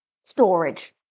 storage